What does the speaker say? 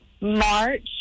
March